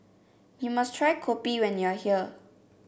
you must try Kopi when you are here